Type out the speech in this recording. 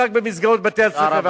את זה רק במסגרות בתי-הספר והחינוך.